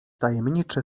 tajemniczy